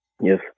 yes